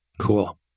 Cool